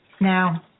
now